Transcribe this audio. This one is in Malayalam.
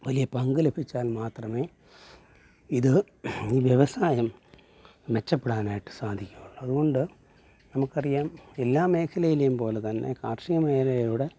വലിയ പങ്ക് ലഭിച്ചാൽ മാത്രമേ ഇത് ഈ വ്യവസായം മെച്ചപ്പെടാനായിട്ട് സാധിക്കുള്ളൂ അതുകൊണ്ട് നമുക്ക് അറിയാം എല്ലാ മേഖലയിലും പോലെ തന്നെ കാർഷിക മേഖലയുടെ